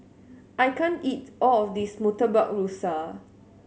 I can't eat all of this Murtabak Rusa